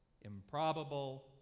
improbable